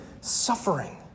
suffering